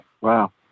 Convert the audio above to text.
Wow